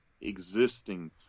existing